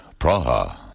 Praha